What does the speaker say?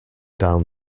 down